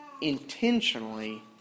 intentionally